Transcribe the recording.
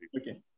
Okay